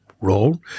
role